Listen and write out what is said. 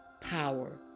power